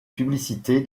publicité